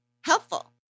Helpful